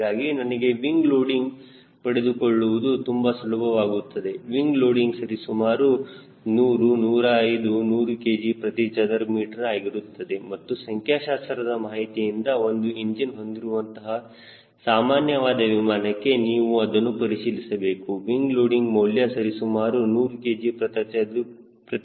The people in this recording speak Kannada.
ಹೀಗಾಗಿ ನನಗೆ ವಿಂಗ್ ಲೋಡಿಂಗ್ ಪಡೆದುಕೊಳ್ಳುವುದು ತುಂಬಾ ಸುಲಭವಾಗುತ್ತದೆ ವಿಂಗ್ ಲೋಡಿಂಗ್ ಸರಿ ಸುಮಾರು 100 105 100 kg ಪ್ರತಿ ಚದರ ಮೀಟರ್ ಆಗಿರುತ್ತದೆ ಮತ್ತು ಸಂಖ್ಯಾಶಾಸ್ತ್ರದ ಮಾಹಿತಿಯಿಂದ ಒಂದು ಇಂಜಿನ್ ಹೊಂದಿರುವಂತಹ ಸಾಮಾನ್ಯವಾದ ವಿಮಾನಕ್ಕೆ ನೀವು ಅದನ್ನು ಪರಿಶೀಲಿಸಬಹುದು ವಿಂಗ್ ಲೋಡಿಂಗ್ ಮೌಲ್ಯ ಸರಿಸುಮಾರು 100 kg ಪ್ರತಿ ಚದರ ಮೀಟರ್ ಆಗಿರುತ್ತದೆ